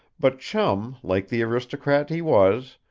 but chum, like the aristocrat he was,